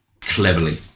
cleverly